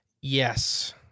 yes